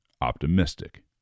optimistic